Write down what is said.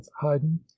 haydn